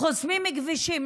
חוסמים כבישים.